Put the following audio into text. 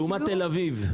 לעומת תל אביב.